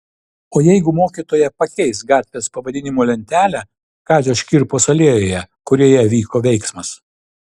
o jeigu mokytoja pakeis gatvės pavadinimo lentelę kazio škirpos alėjoje kurioje vyko veiksmas